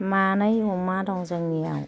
मानै अमा दं जोंनियाव